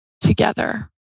together